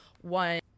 one